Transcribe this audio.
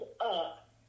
up